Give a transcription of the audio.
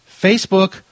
Facebook